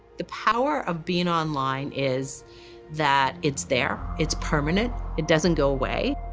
the power of being online is that it's there, it's permanent, it doesn't go away.